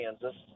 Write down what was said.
Kansas